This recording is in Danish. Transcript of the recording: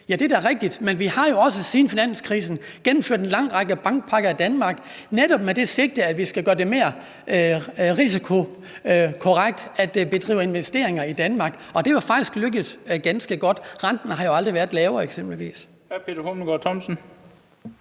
Ja, det er da rigtigt, men vi har jo også siden finanskrisen gennemført en lang række bankpakker i Danmark, netop med det sigte, at vi skal gøre det mere risikokorrekt at foretage investeringer i Danmark. Og det er faktisk lykkedes ganske godt, renten har aldrig været lavere, eksempelvis.